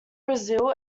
brazil